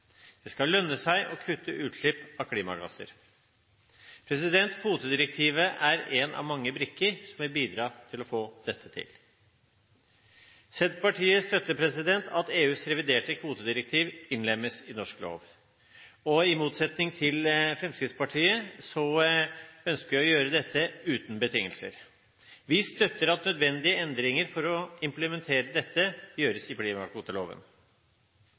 Det skal lønne seg å kutte utslipp av klimagasser. Kvotedirektivet er en av mange brikker som vil bidra til å få dette til. Senterpartiet støtter at EUs reviderte kvotedirektiv innlemmes i norsk lov, og i motsetning til Fremskrittspartiet ønsker vi å gjøre dette uten betingelser. Vi støtter at nødvendige endringer for å implementere dette gjøres i